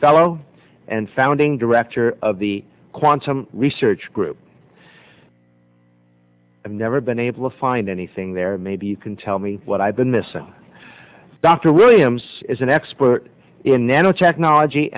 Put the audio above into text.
fellow and founding director of the quantum research group i've never been able to find anything there maybe you can tell me what i've been missing dr williams is an expert in nanotechnology